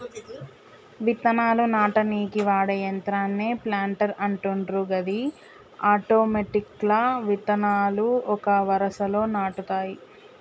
విత్తనాలు నాటనీకి వాడే యంత్రాన్నే ప్లాంటర్ అంటుండ్రు గది ఆటోమెటిక్గా విత్తనాలు ఒక వరుసలో నాటుతాయి